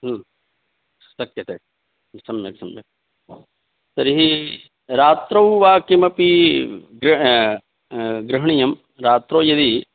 शक्यते सम्यक् सम्यक् तर्हि रात्रौ वा किमपि ग्रहणीयं रात्रौ यदि